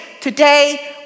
today